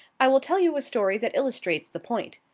i will tell you a story that illustrates the point.